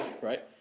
right